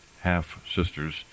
half-sisters